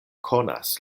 konas